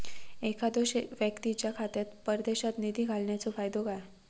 एखादो व्यक्तीच्या खात्यात परदेशात निधी घालन्याचो फायदो काय?